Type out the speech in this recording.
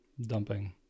dumping